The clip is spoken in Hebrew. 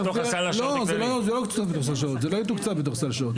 זה לא יתוקצב בתוך סל שעות,